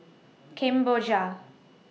Kemboja